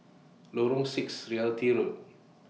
Lorong six Realty Park